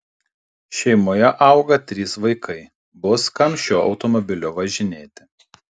šeimoje auga trys vaikai bus kam šiuo automobiliu važinėti